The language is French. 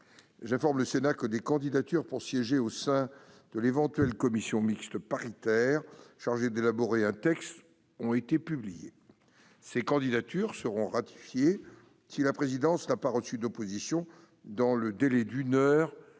J'informe le Sénat que des candidatures pour siéger au sein de l'éventuelle commission mixte paritaire chargée d'élaborer un texte ont été publiées. Ces candidatures seront ratifiées si la présidence n'a pas reçu d'opposition dans le délai d'une heure